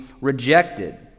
rejected